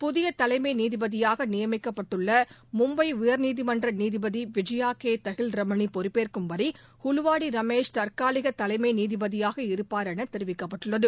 புதிய தலைமை நீதிபதியாக நியமிக்கப்பட்டுள்ள மும்பை உயர்நீதிமன்ற நீதிபதி விஜயா கே தஹில்ரமணி பொறுப்பேற்கும் வரை ஹூலுவாடி ரமேஷ் தற்காலிக தலைமை நீதிபதியாக இருப்பாா் என தெரிவிக்கப்பட்டுள்ளது